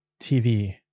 TV